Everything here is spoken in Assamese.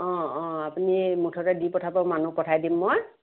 অ অ আপুনি মুঠতে দি পঠাব মানুহ পঠাই দিম মই